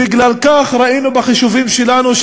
בגלל זה ראינו בחישובים שלנו,